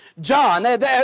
John